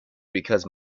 because